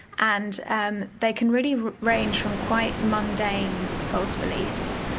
and and they can really range from quite mundane false beliefs,